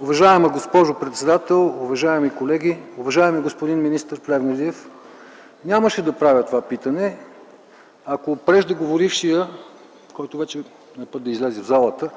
Уважаема госпожо председател, уважаеми колеги, уважаеми господин министър Плевнелиев! Нямаше да правя това питане, ако преждеговорившият, който вече е на път да излезе от залата,